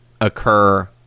occur